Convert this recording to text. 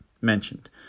mentioned